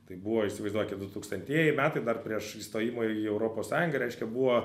tai buvo įsivaizduokit dutūkstantieji metai dar prieš įstojimą į europos sąjungą reiškia buvo